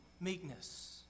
meekness